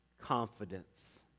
confidence